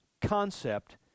concept